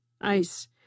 ice